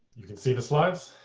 see the slides?